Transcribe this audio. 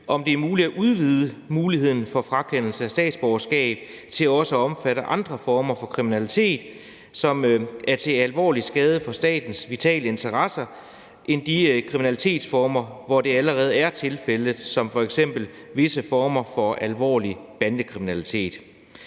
om det er muligt at udvide muligheden for frakendelse af statsborgerskab til også at omfatte andre former for kriminalitet, som er til alvorlig skade for statens vitale interesser, end de kriminalitetsformer, hvor det allerede er tilfældet, som f.eks. visse former for alvorlig bandekriminalitet.